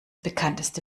bekannteste